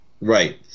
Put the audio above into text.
Right